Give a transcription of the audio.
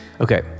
Okay